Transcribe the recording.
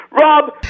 Rob